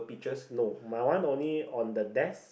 no my one only on the desk